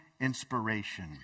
inspiration